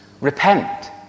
repent